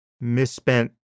misspent